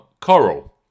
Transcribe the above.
Coral